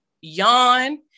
yawn